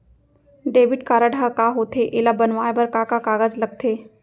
Debit card ह का होथे एला बनवाए बर का का कागज लगथे?